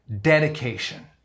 Dedication